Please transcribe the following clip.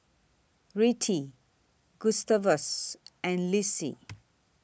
Rettie Gustavus and Lissie